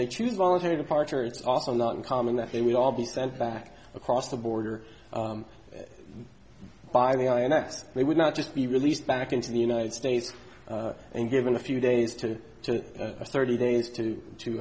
they choose voluntary departure it's also not uncommon that they would all be sent back across the border by the ins they would not just be released back into the united states and given a few days to to thirty days to to